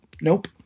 nope